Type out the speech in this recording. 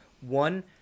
One